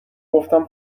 گفتم